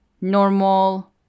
normal